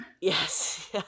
yes